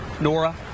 Nora